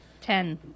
Ten